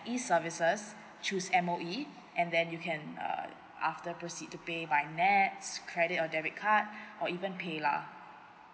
E services choose M_O_E and then you can uh after proceed to pay by N_E_T_S credit or debit card or even paylah